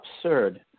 absurd